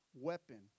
weapon